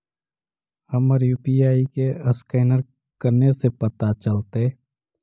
हमर यु.पी.आई के असकैनर कने से पता चलतै?